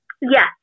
Yes